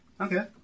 Okay